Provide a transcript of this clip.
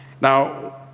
Now